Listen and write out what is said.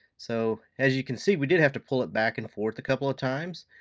so as you can see we did have to pull it back and forth a couple of times.